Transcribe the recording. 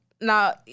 now